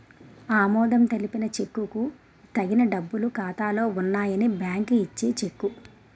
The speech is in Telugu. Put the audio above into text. ఆమోదం తెలిపిన చెక్కుకు తగిన డబ్బులు ఖాతాలో ఉన్నాయని బ్యాంకు ఇచ్చే చెక్కు